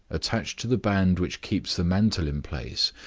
attached to the band which keeps the mantle in place,